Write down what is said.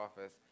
office